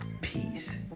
peace